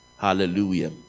hallelujah